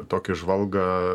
tokį žvalgą